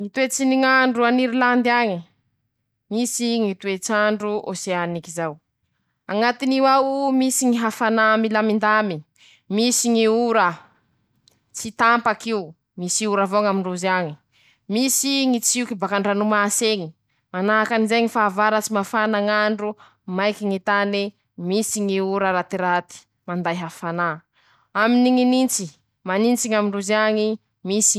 Ñy toetsy ny ñ'andro an'Irilandy añy: Misy ñy toets'andro oseaniky zao, añatin'io ao, misy ñy hafanà milamindamy, misy ñy ora, tsy tampak'io, misy ora avao ñ'amindrozy añe, misy ñy tsioky bak'andronomas'eñy, manahakan'izay ñy fahavaratsy mafana ñ'andro, maiky ñy tane, misy ñy ora ratiraty manday hafanà, aminy ñy nintsy, manintsy ñ'amindrozy añe.